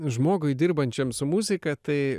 žmogui dirbančiam su muzika tai